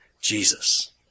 Jesus